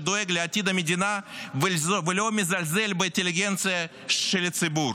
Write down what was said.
שדואג לעתיד המדינה ולא מזלזל באינטליגנציה של הציבור.